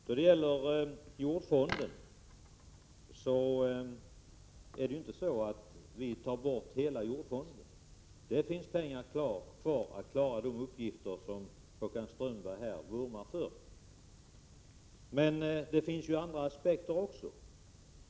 Fru talman! Vi föreslår inte att man skall ta bort hela jordfonden. Det finns pengar kvar för att klara de uppgifter som Håkan Strömberg vurmar för. Men det finns andra aspekter också.